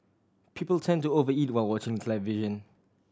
people tend to over eat while watching the television